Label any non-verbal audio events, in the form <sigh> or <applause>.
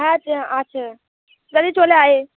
হ্যাঁ আছে আছে <unintelligible> চলে আয়